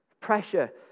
Pressure